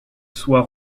sois